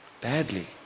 badly